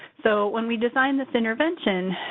so, when we designed this intervention,